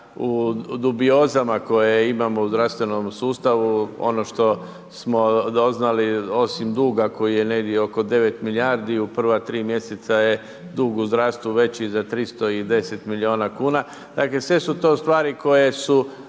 u dubiozama koje imamo u zdravstvenom sustavu. Ono što smo doznali, osim duga koji je negdje oko 9 milijardi, u prva tri mjeseca je dug u zdravstvu veći za 310 milijuna kuna. dakle sve su to stvari koje su